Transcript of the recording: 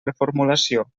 reformulació